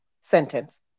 sentence